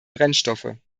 brennstoffe